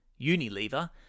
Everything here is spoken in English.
Unilever